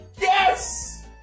Yes